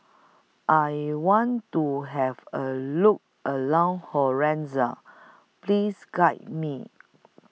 I want to Have A Look around Honiara Please Guide Me